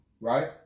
right